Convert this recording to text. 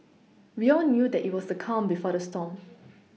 we all knew that it was the calm before the storm